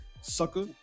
sucker